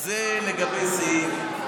אז זה לגבי שיאים,